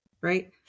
right